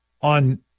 on